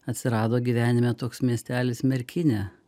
atsirado gyvenime toks miestelis merkinė